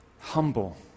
humble